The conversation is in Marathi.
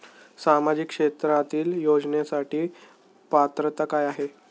सामाजिक क्षेत्रांतील योजनेसाठी पात्रता काय आहे?